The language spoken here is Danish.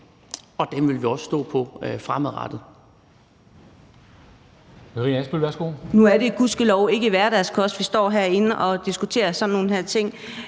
og det vil vi også stå fast på fremadrettet.